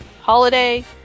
holiday